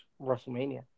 WrestleMania